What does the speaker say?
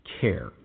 care